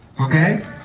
okay